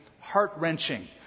heart-wrenching